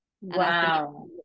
Wow